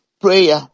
prayer